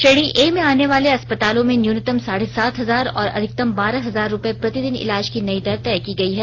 श्रेणी ए में आनेवाली अस्पतालों में न्यूनतम साढ़े सात हजार और अधिकतम बारह हजार रूपये प्रतिदिन इलाज की नई दर तय की गई है